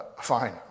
fine